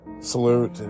salute